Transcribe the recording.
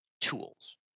tools